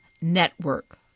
Network